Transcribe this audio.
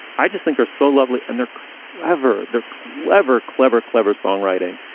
i just think are so lovely. and their lover, their clever, clever, clever songwriting.